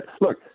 Look